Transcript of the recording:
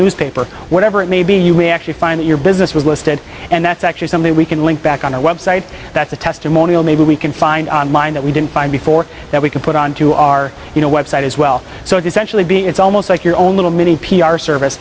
newspaper or whatever it may be you may actually find that your business was listed and that's actually something we can link back on our website that's a testimonial maybe we can find online that we didn't find before that we could put on to our you know web site as well so it essentially be it's almost like your own little mini p r service